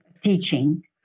teaching